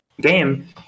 game